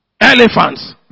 elephants